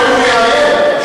שואל אורי אריאל.